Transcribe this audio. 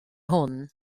hwn